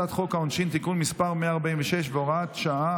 אני מודיע שהצעת חוק שירות ביטחון (הוראת שעה)